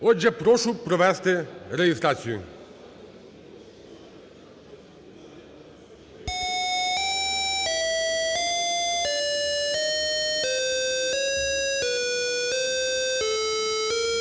Отже, прошу провести реєстрацію.